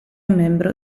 membro